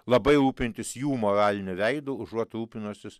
labai rūpintis jų moraliniu veidu užuot rūpinuosius